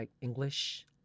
English